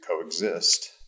coexist